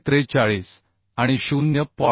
443 आणि 0